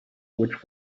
which